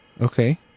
Okay